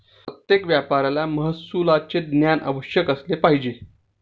प्रत्येक व्यापाऱ्याला महसुलाचे ज्ञान अवश्य असले पाहिजे